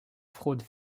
fraude